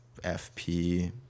FP